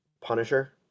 Punisher